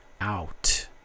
out